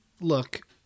look